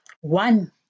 One